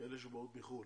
אלה שבאות מחו"ל,